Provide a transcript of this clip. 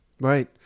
Right